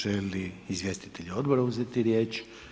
Želi li izvjestitelj odbora uzeti riječ?